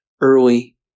early